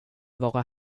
vara